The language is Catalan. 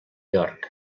york